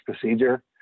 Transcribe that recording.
procedure